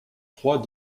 trois